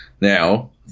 now